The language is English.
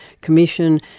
commission